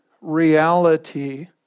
reality